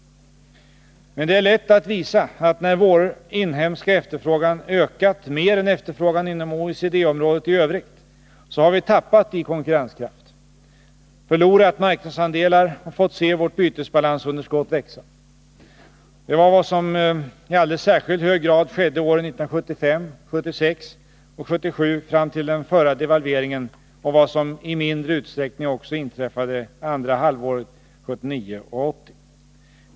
Men det är lätt att visa, att när vår inhemska efterfrågan ökat mer än efterfrågan inom OECD-området i övrigt, så har vi tappat i konkurrenskraft, förlorat marknadsandelar och fått se vårt bytesbalansunderskott växa. Det var vad som i alldeles särskilt hög grad skedde åren 1975, 1976 och 1977 fram till den förra devalveringen och vad som i mindre utsträckning också inträffade andra halvåret 1979 och 1980.